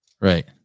right